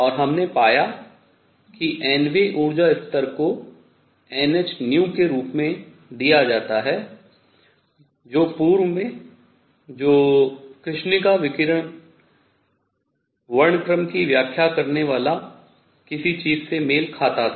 और हमने पाया कि n वें ऊर्जा स्तर को nhν के रूप में दिया जाता है जो पूर्व में जो कृष्णिका विकिरण वर्णक्रम की व्याख्या करने वाली किसी चीज़ से मेल खाता था